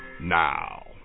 now